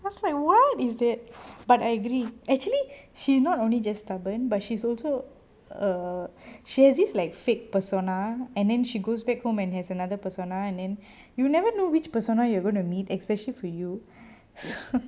I was like what is that but I agree actually she's not only just stubborn but she's also a she has this like fake persona and then she goes back home and has another persona and and you never know which persona you are gonna meet especially for you so